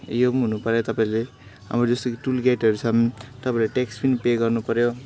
यो पनि हुनु पऱ्यो तपाईँले अब जस्तो कि टोल गेटहरू छ भने तपाईँहरले ट्याक्स पनि पे गर्नु पऱ्यो